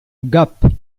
gap